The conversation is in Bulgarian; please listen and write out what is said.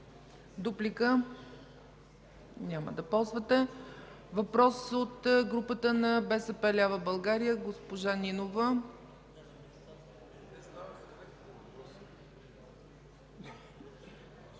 Дуплика? Няма да ползвате. Въпрос от групата на БСП лява България – госпожа Нинова.